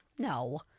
No